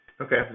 okay